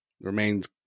remains